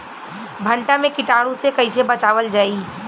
भनटा मे कीटाणु से कईसे बचावल जाई?